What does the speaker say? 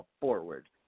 forward